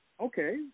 Okay